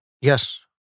Yes